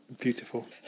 beautiful